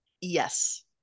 Yes